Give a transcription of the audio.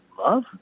love